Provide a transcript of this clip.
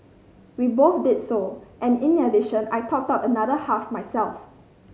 we both did so and in addition I topped another half myself